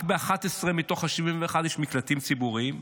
רק ב-11 מתוך ה-71 יש מקלטים ציבוריים.